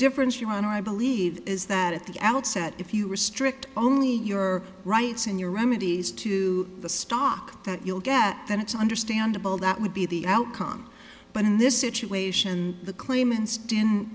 difference your honor i believe is that at the outset if you restrict only your rights and your remedies to the stock that you'll get then it's understandable that would be the outcome but in this situation the claimants didn't